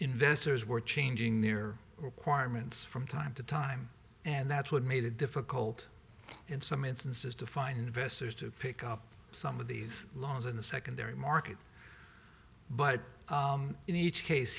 investors were changing their requirements from time to time and that's what made it difficult in some instances to find investors to pick up some of these laws in the secondary market but in each case